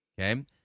Okay